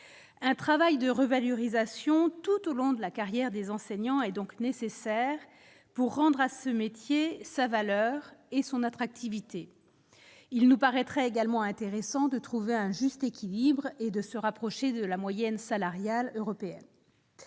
un travail de revalorisation tout au long de la carrière des enseignants est donc nécessaire pour rendre à ce métier, sa valeur et son attractivité il nous paraîtrait également intéressant de trouver un juste équilibre et de se rapprocher de la moyenne salariale européenne